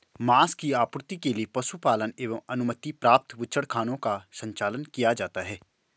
माँस की आपूर्ति के लिए पशुपालन एवं अनुमति प्राप्त बूचड़खानों का संचालन किया जाता है